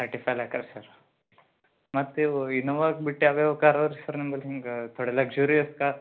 thirty five lakh ರಿ sir ಮತ್ತು ಇವು ಇನೋವಾ ಬಿಟ್ಟು ಯಾವ ಯಾವ ಕಾರ್ ಅವೆ ರೀ ಸರ್ ನಿಂಬಲ್ಲಿ ಹಿಂಗೆ ಥೋಡೆ ಲಗ್ಜೂರಿಯಸ್ ಕಾರ್